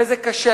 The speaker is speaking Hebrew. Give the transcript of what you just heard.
וזה קשה.